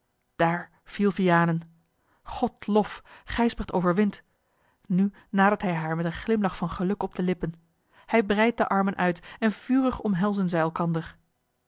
daar viel vianen godlof gijsbrecht overwint nu nadert hij haar met een glimlach van geluk op de lippen hij breidt de armen uit en vurig omhelzen